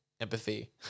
empathy